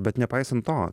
bet nepaisant to